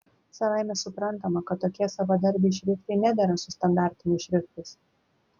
savaime suprantama kad tokie savadarbiai šriftai nedera su standartiniais šriftais